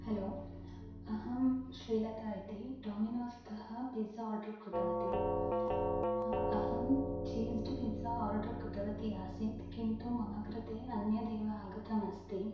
hello अहं श्रीलता इति डोमिनोस्तः पिज्जा आर्डर् कृतवती अहं चीस्ड् पिज्जा आर्डर् कृतवती आसीत् किन्तु मम कृते अन्यदेव आगतम् अस्ति